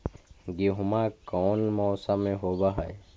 गेहूमा कौन मौसम में होब है?